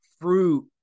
fruit